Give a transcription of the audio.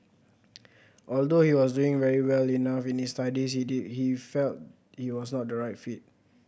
although he was doing very well enough in his studies he did he felt it was not the right fit